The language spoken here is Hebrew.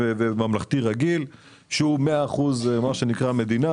שזה 100% מדינה,